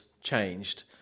changed